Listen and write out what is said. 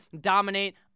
dominate